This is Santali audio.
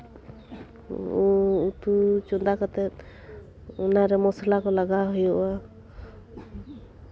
ᱩᱛᱩ ᱪᱚᱸᱫᱟ ᱠᱟᱛᱮ ᱚᱱᱟ ᱨᱮ ᱢᱚᱥᱞᱟ ᱠᱚ ᱞᱟᱜᱟᱣ ᱦᱩᱭᱩᱜᱼᱟ